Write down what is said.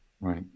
right